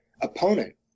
opponent